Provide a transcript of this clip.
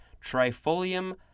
Trifolium